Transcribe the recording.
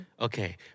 Okay